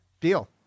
deal